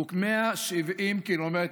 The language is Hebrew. הוא כ-170 קילומטר.